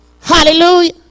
Hallelujah